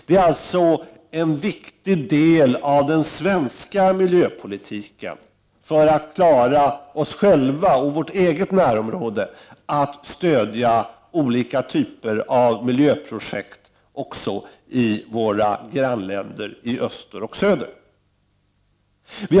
Det är alltså en viktig del av den svenska miljöpolitiken att vi i Sverige stöder olika typer av miljöprojekt också i våra grannländer i öster och söder för att vi skall kunna klara oss själva och vårt eget närområde.